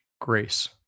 grace